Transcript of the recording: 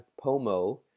POMO